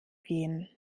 gehen